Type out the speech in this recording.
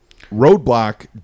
Roadblock